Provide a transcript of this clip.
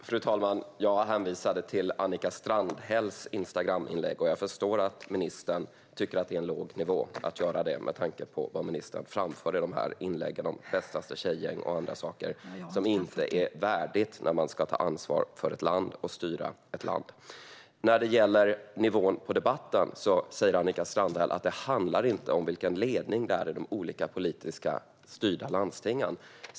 Fru talman! Jag hänvisade till Annika Strandhälls Instagraminlägg, och jag förstår att ministern tycker att det är på låg nivå att göra det med tanke på vad ministern framför i dessa inlägg om bästaste tjejgäng och annat som inte är värdigt när man ska ta ansvar för ett land och styra ett land. När det gäller nivån på debatten säger Annika Strandhäll att det inte handlar om vilken ledning de olika politiskt styrda landstingen har.